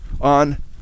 on